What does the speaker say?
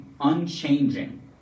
Unchanging